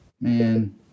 Man